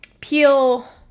peel